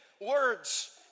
words